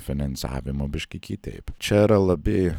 finansavimą biškį kitaip čia yra labai